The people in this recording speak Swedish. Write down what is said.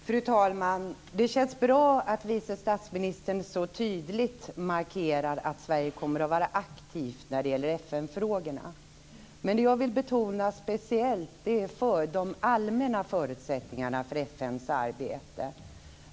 Fru talman! Det känns bra att vice statsministern så tydligt markerar att Sverige kommer att vara aktivt när det gäller FN-frågorna. Men det jag vill betona speciellt är de allmänna förutsättningarna för FN:s arbete.